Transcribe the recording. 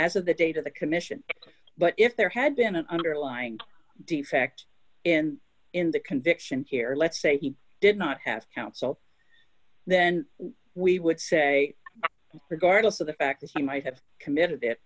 as of the date of the commission but if there had been an underlying defect in in the convictions here let's say he did not have counsel then we would say regardless of the fact that he might have committed